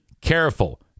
careful